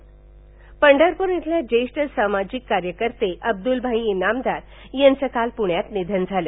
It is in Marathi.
निधन पंढरपूर येथील ज्बेष्ठ सामाजिक कार्यकर्ते अब्दुलभाई इनामदार यांचं काल पुण्यात निघन झालं